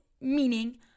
meaning